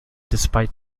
despite